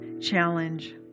challenge